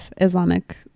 Islamic